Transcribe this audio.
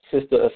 Sister